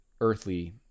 earthly